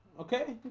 okay,